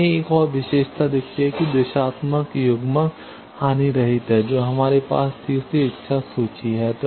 हमें एक और विशेषता दिखती है कि दिशात्मक युग्मक हानिरहित है जो हमारे पास तीसरी इच्छा सूची है